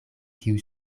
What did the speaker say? kiuj